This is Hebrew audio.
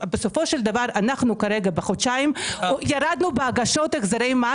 בסופו של דבר אנחנו כרגע בחודשיים ירדנו בהגשות החזרי מס